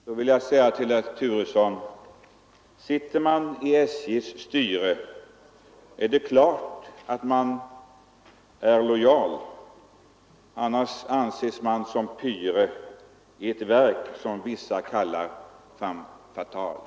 Herr talman! Kanske någon del av herr Turessons anförande var riktad mot mig. Därför vill jag säga till herr Turesson: är det klart att man är lojal. Annars anses man som pyre i ett verk som vissa kallar femme fatale.